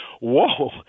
whoa